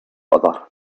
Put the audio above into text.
other